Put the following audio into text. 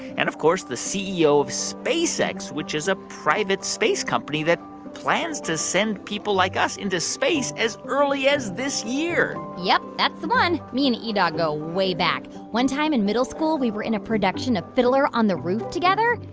and of course, the ceo of spacex, which is a private space company that plans to send people like us into space as early as this year yep. that's the one. me and e-dog go way back. one time in middle school, we were in a production of fiddler on the roof together.